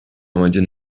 amacı